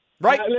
Right